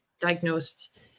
diagnosed